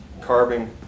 carving